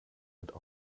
mit